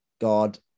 God